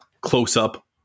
close-up